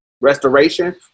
restoration